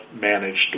managed